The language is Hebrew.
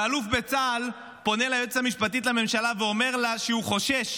ואלוף בצה"ל פונה ליועצת המשפטית לממשלה ואומר לה שהוא חושש